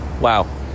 Wow